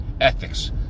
ethics